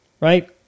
right